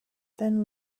then